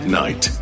night